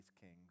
kings